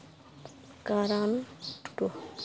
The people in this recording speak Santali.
ᱠᱟᱨᱟᱱ ᱴᱩᱰᱩ